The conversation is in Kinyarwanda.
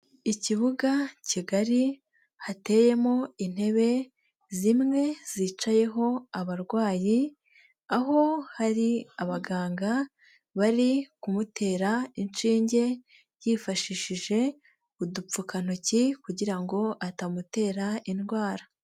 Ikibuga kigali hateyemo intebe, zimwe zicayeho abarwayi, aho hari abaganga bari kumutera inshinge, yifashishije udupfukantoki kugira ngo atamutera indwara.